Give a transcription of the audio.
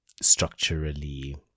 structurally